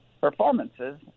performances